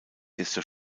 desto